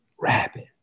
Rapping